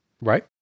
Right